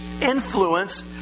influence